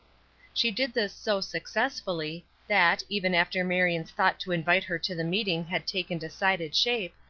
she did this so successfully, that, even after marion's thought to invite her to the meeting had taken decided shape,